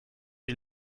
die